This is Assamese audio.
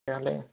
তেতিয়াহ'লে